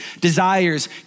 desires